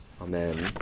Amen